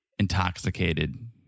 intoxicated